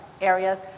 areas